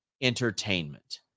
entertainment